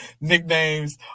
nicknames